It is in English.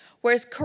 Whereas